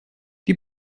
die